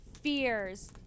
fears